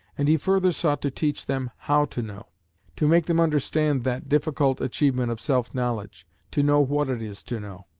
and he further sought to teach them how to know to make them understand that difficult achievement of self-knowledge, to know what it is to know